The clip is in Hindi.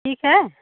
ठीक है